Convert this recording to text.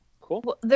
Cool